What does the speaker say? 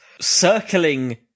circling